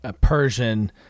Persian